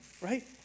Right